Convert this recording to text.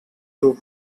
group